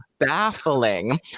baffling